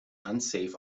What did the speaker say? unsafe